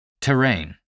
Terrain